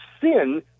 sin